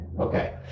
Okay